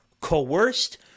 coerced